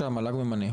זו ועדה שהמל"ג ממנה,